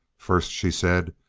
first, she said,